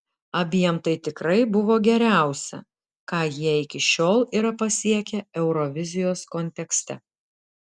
abiem tai tikrai buvo geriausia ką jie iki šiol yra pasiekę eurovizijos kontekste